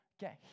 get